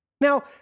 Now